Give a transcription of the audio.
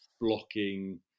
blocking